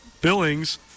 Billings